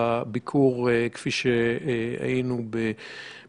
לעשות מאמץ על-מנת לתגבר את אותם מוקדנים שיודעים לתת מענה,